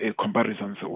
comparisons